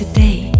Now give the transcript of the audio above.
Today